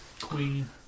Queen